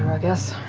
i guess.